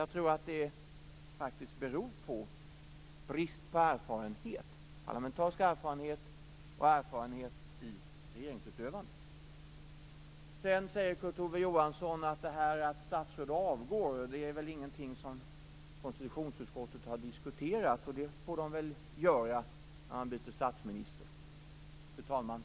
Jag tror att detta faktiskt beror på brist på erfarenhet, parlamentarisk erfarenhet och erfarenhet i regeringsutövandet. Kurt Ove Johansson sade att det förhållandet att statsråd avgår inte är någonting som konstitutionsutskottet har diskuterat. Det får det väl göra när man byter statsminister.